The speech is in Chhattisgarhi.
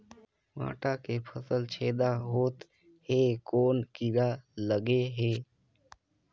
भांटा के फल छेदा होत हे कौन कीरा लगे हे?